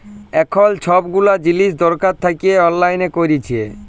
এখল ছব গুলা জিলিস ছরকার থ্যাইকে অললাইল ক্যইরেছে